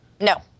no